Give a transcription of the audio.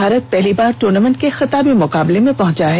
भारत पहली बार ट्रनमिंट के खिताबी मुकाबले में पहुंचा है